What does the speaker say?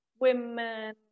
women